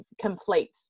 complete